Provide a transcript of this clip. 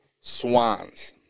swans